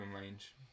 range